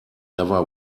never